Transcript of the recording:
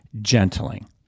gentling